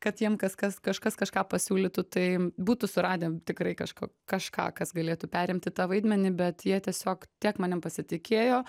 kad jiem kaskas kažkas kažką pasiūlytų tai būtų suradę tikrai kažko kažką kas galėtų perimti tą vaidmenį bet jie tiesiog tiek manim pasitikėjo